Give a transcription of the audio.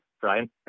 Brian